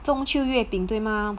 中秋月饼对吗